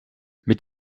mit